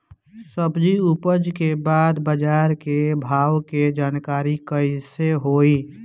सब्जी उपज के बाद बाजार के भाव के जानकारी कैसे होई?